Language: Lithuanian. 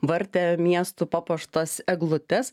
vartė miestų papuoštas eglutes